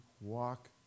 walk